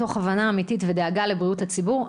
מתוך הבנה אמיתית ודאגה לבריאות הציבור.